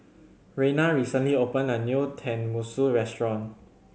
Reina recently opened a new Tenmusu Restaurant